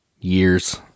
years